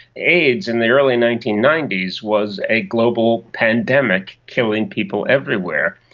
aids in the early nineteen ninety s was a global pandemic killing people everywhere,